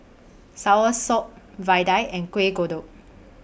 Soursop Vadai and Kuih Kodok